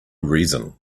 reason